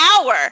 hour